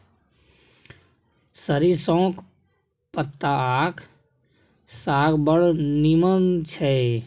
सरिसौंक पत्ताक साग बड़ नीमन छै